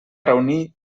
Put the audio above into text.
reunir